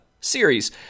series